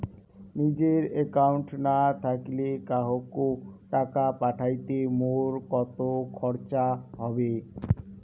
নিজের একাউন্ট না থাকিলে কাহকো টাকা পাঠাইতে মোর কতো খরচা হবে?